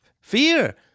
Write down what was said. Fear